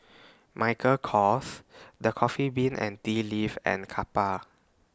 Michael Kors The Coffee Bean and Tea Leaf and Kappa